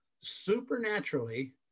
supernaturally